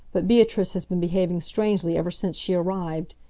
but beatrice has been behaving strangely ever since she arrived.